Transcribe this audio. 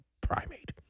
primate